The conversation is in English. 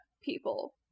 people